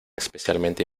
especialmente